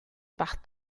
par